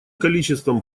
количеством